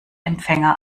empfänger